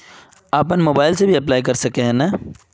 अपन मोबाईल से भी अप्लाई कर सके है नय?